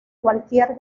cualquier